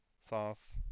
sauce